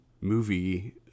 movie